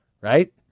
right